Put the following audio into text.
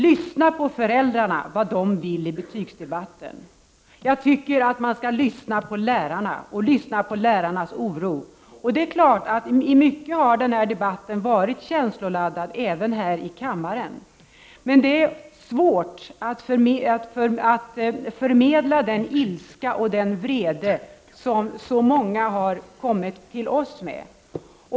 Lyssna på vad föräldrarna vill i betygsdebatten! Jag tycker man skall lyssna på lärarna och höra deras oro. Det är klart att debatten i mycket har varit känsloladdad, även här i kammaren. Men det är svårt att förmedla den ilska och den vrede som så många har kommit till oss med.